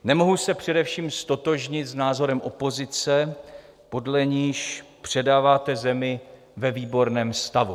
Nemohu se především ztotožnit s názorem opozice, podle níž předáváte zemi ve výborném stavu.